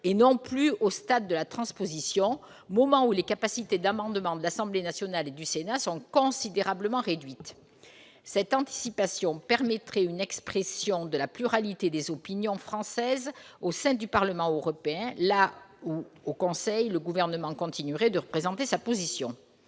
et non plus au stade de la transposition, moment où les capacités d'amendement de l'Assemblée nationale et du Sénat sont considérablement réduites. Cette anticipation permettrait une expression de la pluralité des opinions françaises au sein du Parlement européen, là où, au Conseil, le Gouvernement continuerait de représenter sa position.